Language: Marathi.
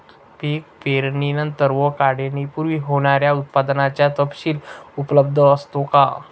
पीक पेरणीनंतर व काढणीपूर्वी होणाऱ्या उत्पादनाचा तपशील उपलब्ध असतो का?